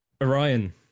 Orion